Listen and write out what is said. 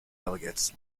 delegates